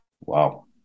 Wow